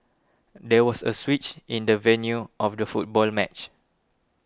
there was a switch in the venue of the football match